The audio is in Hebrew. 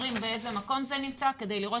אומרים באיזה מקום זה נמצא כדי לראות